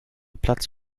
platz